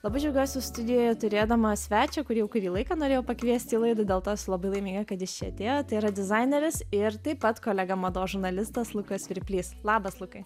labai džiaugiuosi studijoje turėdama svečią kurį jau kurį laiką norėjau pakviesti į laidą dėl to esu labai laiminga kad jūs čia atėjote yra dizaineris ir taip pat kolega mados žurnalistas lukas svirplys labas lukai